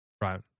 Right